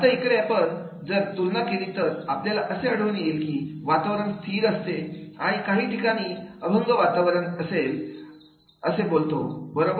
आता इकडे आपण जर तुलना केली तर आपल्याला असे आढळून येईल की वातावरण स्थिर असते आणि काही ठिकाणी अभंग वातावरण असतील असेल असे बोलतो बरोबर